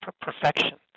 perfection